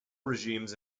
regimes